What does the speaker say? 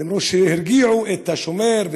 למרות שהרגיעו את השומר,